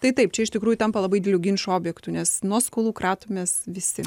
tai taip čia iš tikrųjų tampa labai dideliu ginčo objektu nes nuo skolų kratomės visi